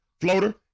Floater